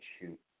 shoot